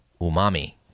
umami